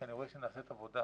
כי אני רואה שנעשית עבודה.